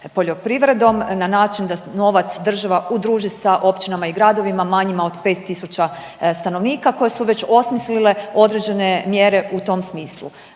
poljoprivredom na način da novac država udruži sa općinama i gradovima manjima od 5000 stanovnika koje su već osmislile određene mjere u tom smislu.